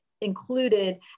included